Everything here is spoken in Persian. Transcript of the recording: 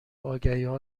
آگهیها